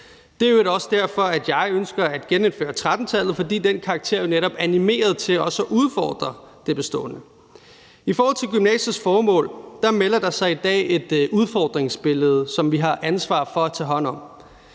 Det er i øvrigt også derfor, at jeg ønsker at genindføre 13-tallet, fordi den karakter jo netop animerede til også at udfordre det bestående. I forhold til gymnasiets formål melder der sig i dag et udfordringsbillede, som vi har ansvar for at tage hånd om.